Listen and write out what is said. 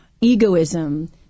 egoism